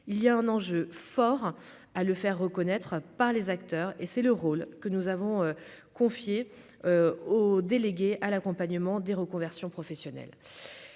il y a un enjeu fort à le faire reconnaître par les acteurs et c'est le rôle que nous avons confié au délégué à l'accompagnement des reconversions professionnelles